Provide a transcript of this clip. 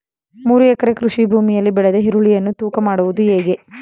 ಮೂರು ಎಕರೆ ಕೃಷಿ ಭೂಮಿಯಲ್ಲಿ ಬೆಳೆದ ಈರುಳ್ಳಿಯನ್ನು ತೂಕ ಮಾಡುವುದು ಹೇಗೆ?